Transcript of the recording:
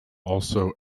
also